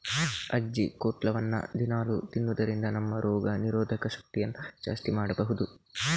ಅಜ್ಜಿಕೊಟ್ಲವನ್ನ ದಿನಾಲೂ ತಿನ್ನುದರಿಂದ ನಮ್ಮ ರೋಗ ನಿರೋಧಕ ಶಕ್ತಿಯನ್ನ ಜಾಸ್ತಿ ಮಾಡ್ಬಹುದು